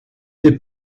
des